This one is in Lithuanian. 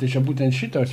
tai čia būtent šitos